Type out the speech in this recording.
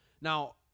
Now